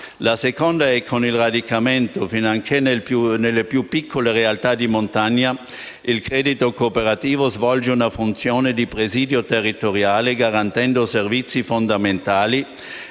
Il secondo è che, con il suo radicamento, finanche nelle più piccole realtà di montagna, il credito cooperativo svolge una funzione di presidio territoriale, garantendo servizi fondamentali